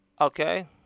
Okay